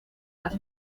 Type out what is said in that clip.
las